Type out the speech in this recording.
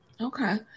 Okay